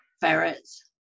ferrets